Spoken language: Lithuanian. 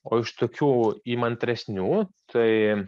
o iš tokių įmantresnių tai